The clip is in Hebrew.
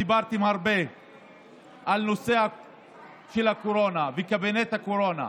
דיברתם הרבה על נושא הקורונה וקבינט הקורונה.